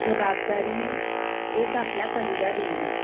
जबाबदारी एक आपल्या कलिगा दिल्ली